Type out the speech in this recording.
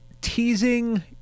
teasing